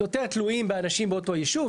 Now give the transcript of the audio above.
יותר תלויים באנשים באותו ישוב.